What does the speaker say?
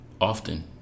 Often